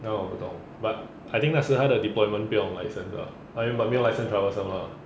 那我不懂 but I think 那时他的 deployment 不用 license 的 but 没有 license troublesome lah